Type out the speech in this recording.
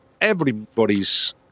everybody's